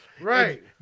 right